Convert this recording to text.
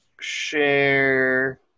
Share